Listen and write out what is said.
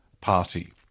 party